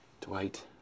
Dwight